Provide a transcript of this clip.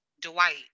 Dwight